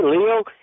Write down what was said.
Leo